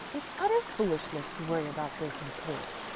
it's utter foolishness to worry about this report.